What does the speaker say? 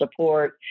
support